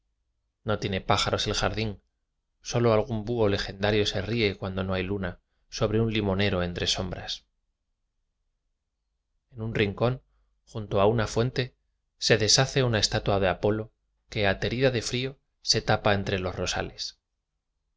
no tiene pájaros el jardín sólo algún buho legendario se ríe cuando no hay luna sobre un limonero entre sombras en un rincón junto a una fuente se des hace una estatua de apolo que aterida de frío se tapa entre los rosales